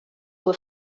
were